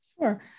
Sure